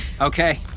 Okay